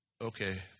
okay